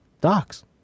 Docs